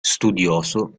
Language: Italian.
studioso